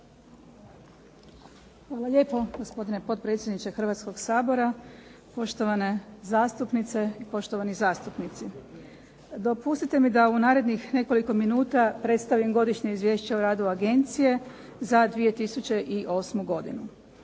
Hvala lijepo gospodine potpredsjedniče Hrvatskoga sabora, poštovane zastupnice, poštovani zastupnici. Dopustite mi da u narednih nekoliko minuta predstavim godišnje Izvješće o radu agencije za 2008. godinu.